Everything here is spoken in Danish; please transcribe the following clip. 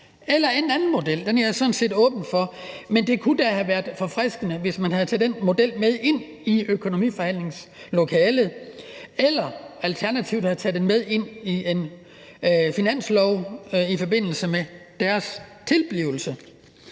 være en anden model, det er jeg sådan set åben for. Men det kunne da have været forfriskende, hvis man havde taget den model med ind i økonomiforhandlingslokalet eller alternativt havde taget den med ind i en finanslovsforhandling i forbindelse med tilblivelsen.